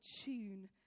tune